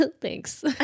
Thanks